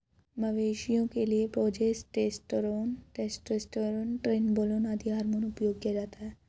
मवेशियों के लिए प्रोजेस्टेरोन, टेस्टोस्टेरोन, ट्रेनबोलोन आदि हार्मोन उपयोग किया जाता है